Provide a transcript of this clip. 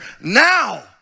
Now